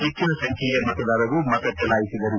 ಹೆಚ್ಚಿನ ಸಂಖ್ಯೆಯ ಮತದಾರರು ಮತ ಚಲಾಯಿಸಿದರು